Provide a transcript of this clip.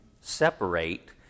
separate